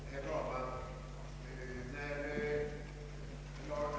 Herr talman!